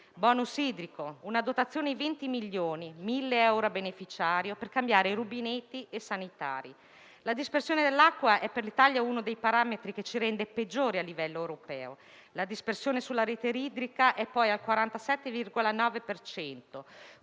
*bonus* idrico, con una dotazione di 20 milioni, con 1.000 euro a beneficiario per cambiare rubinetti e sanitari. La dispersione dell'acqua è per l'Italia uno dei parametri che ci rende peggiori a livello europeo: la dispersione sulla rete idrica è al 47,9